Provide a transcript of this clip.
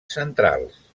centrals